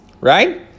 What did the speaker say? right